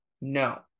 No